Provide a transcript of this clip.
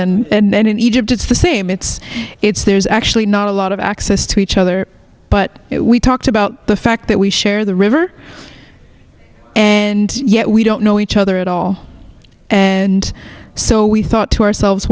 and then in egypt it's the same it's it's there's actually not a lot of access to each other but we talked about the fact that we share the river and yet we don't know each other at all and so we thought to ourselves